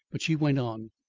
but she went on.